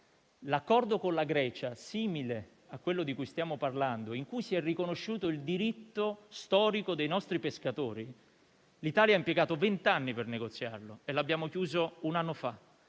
l'accordo con la Grecia, simile a quello di cui stiamo parlando, in cui si è riconosciuto il diritto storico dei nostri pescatori, l'Italia ha impiegato venti anni per negoziarlo e l'abbiamo chiuso un anno fa.